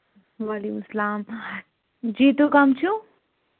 وعلیکُم سَلام جی تُہۍ کٕم چھِو